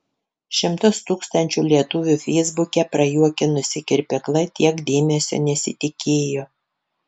šimtus tūkstančių lietuvių feisbuke prajuokinusi kirpykla tiek dėmesio nesitikėjo